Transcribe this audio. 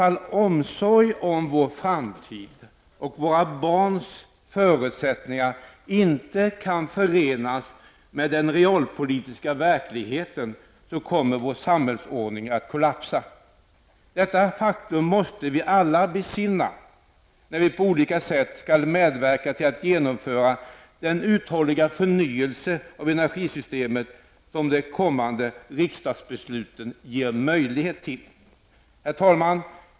Om omsorg om vår framtid och våra barns förutsättningar inte kan förenas med den realpolitiska verkligheten, kommer vår samhällsordning att kollapsa. Detta faktum måste vi alla besinna när vi på olika sätt skall medverka till att genomföra den uthålliga förnyelse av energisystemet som det kommande riksdagsbeslutet ger möjlighet till. Herr talman!